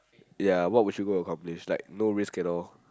ya what would you go accomplish like no risk at all